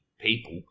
people